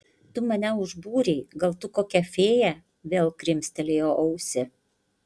tu mane užbūrei gal tu kokia fėja vėl krimstelėjo ausį